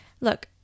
look